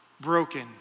broken